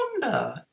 wonder